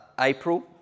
April